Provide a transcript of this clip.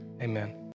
amen